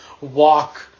walk